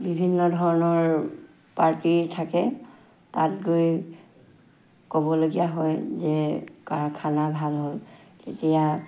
বিভিন্ন ধৰণৰ পাৰ্টি থাকে তাত গৈ ক'বলগীয়া হয় যে কাৰ খানা ভাল হ'ল তেতিয়া